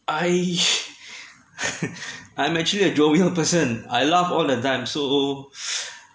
I I'm actually a jovial person I laugh all the time so